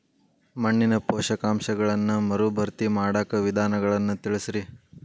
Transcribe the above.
ಮಣ್ಣಿನ ಪೋಷಕಾಂಶಗಳನ್ನ ಮರುಭರ್ತಿ ಮಾಡಾಕ ವಿಧಾನಗಳನ್ನ ತಿಳಸ್ರಿ